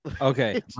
Okay